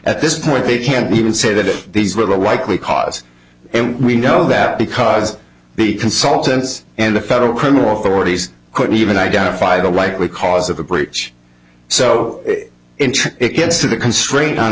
at this point they can't even say that these were the likely cause and we know that because b consultants and the federal criminal authorities couldn't even identify the likely cause of the breach so it gets to the constraint on